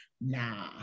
nah